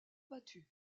battu